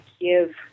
give